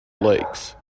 lakes